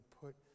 put